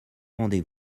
rendez